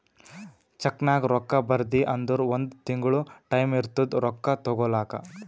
ಚೆಕ್ನಾಗ್ ರೊಕ್ಕಾ ಬರ್ದಿ ಅಂದುರ್ ಒಂದ್ ತಿಂಗುಳ ಟೈಂ ಇರ್ತುದ್ ರೊಕ್ಕಾ ತಗೋಲಾಕ